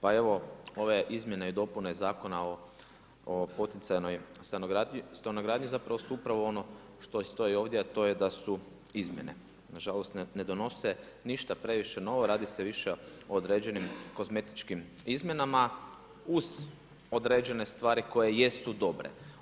Pa evo ove izmjene i dopune Zakona o poticajnoj stanogradnji zapravo su ono što i stoji ovdje a to je da su izmjene, nažalost ne donose ništa previše novo, radi se više o određenim kozmetičkim izmjenama uz određene stvari koje jesu dobre.